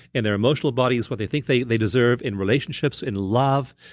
in their emotional bodies what they think they they deserve in relationships, in love,